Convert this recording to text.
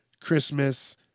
Christmas